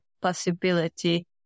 possibility